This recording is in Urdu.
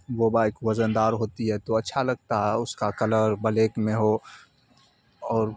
وہ بائک وزن دار ہوتی ہے تو اچھا لگتا ہے اس کا کلر بلیک میں ہو اور